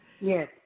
Yes